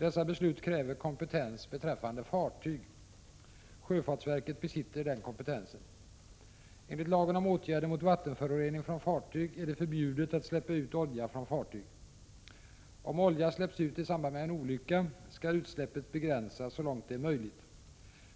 Dessa beslut kräver kompetens beträffande fartyg. Sjöfartsverket besitter den kompetensen. Enligt lagen om åtgärder mot vattenförorening från fartyg är det förbjudet att släppa ut olja från fartyg. Om olja släpps ut i samband med en olycka, skall utsläppet begränsas så långt det är möjligt.